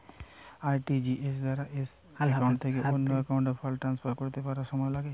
RTGS দ্বারা এক account থেকে অন্য একাউন্টে ফান্ড ট্রান্সফার করতে কত সময় লাগে?